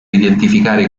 identificare